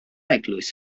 eglwys